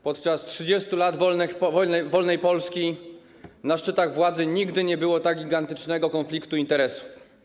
Podczas 30 lat wolnej Polski na szczytach władzy nigdy nie było tak gigantycznego konfliktu interesów.